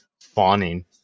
fawning